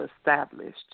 established